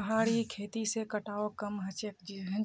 पहाड़ी खेती से कटाव कम ह छ